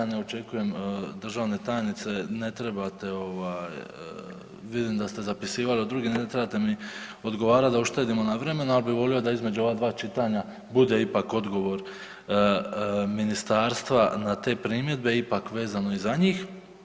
Ne očekujem od državne tajnice ne trebate, vidim da ste zapisivali od drugih, ne trebate mi odgovarati da uštedimo na vremenu, ali bih volio da između ova dva čitanja bude ipak odgovor Ministarstva na te primjedbe ipak vezano i za njih.